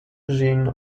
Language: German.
gene